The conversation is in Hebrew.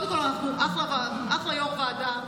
קודם כול, אחלה יו"ר ועדה.